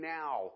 now